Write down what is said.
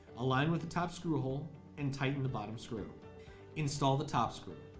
aligned with the top screw hole and tighten the bottom screw install the top screw